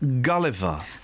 Gulliver